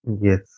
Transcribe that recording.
Yes